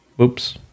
Oops